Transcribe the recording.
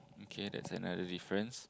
okay that's another difference